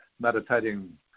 meditating